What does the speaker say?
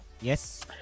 yes